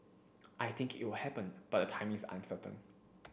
I think it will happen but the timing is uncertain